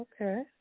okay